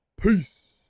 Peace